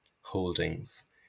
holdings